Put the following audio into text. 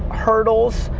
hurdles,